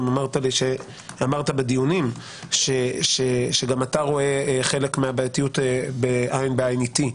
גם אמרת בדיונים שגם אתה רואה חלק מהבעייתיות עין בעין אתי.